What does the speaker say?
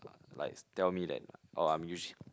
likes tell me that oh I'm usually